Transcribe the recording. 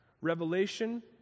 Revelation